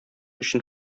өчен